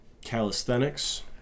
calisthenics